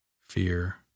fear